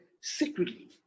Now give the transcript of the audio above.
secretly